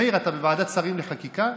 מאיר, אתה בוועדת שרים לחקיקה?